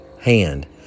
hand